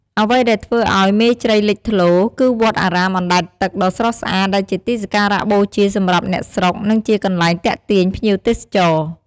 អ្វីដែលធ្វើឱ្យ មេជ្រៃលេចធ្លោ គឺវត្តអារាមអណ្ដែតទឹកដ៏ស្រស់ស្អាត ដែលជាទីសក្ការៈបូជាសម្រាប់អ្នកស្រុក និងជាកន្លែងទាក់ទាញភ្ញៀវទេសចរ។